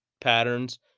patterns